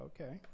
okay